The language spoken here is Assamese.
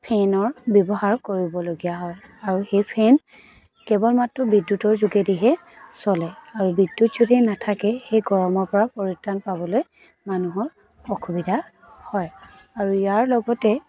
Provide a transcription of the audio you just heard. ফেনৰ ব্যৱহাৰ কৰিবলগীয়া হয় আৰু সেই ফেন কেৱল মাত্ৰ বিদ্য়ুতৰ যোগেদিহে চলে আৰু বিদ্য়ুত যদি নাথাকে সেই গৰমৰ পৰা পৰিত্ৰাণ পাবলৈ মানুহৰ অসুবিধা হয় আৰু ইয়াৰ লগতে